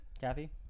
Kathy